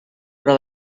però